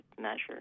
measure